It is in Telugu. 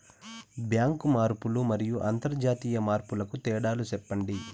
బ్యాంకు మార్పులు మరియు అంతర్జాతీయ మార్పుల కు తేడాలు సెప్పండి?